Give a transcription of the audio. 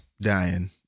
dying